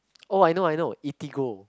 oh I know I know eatigo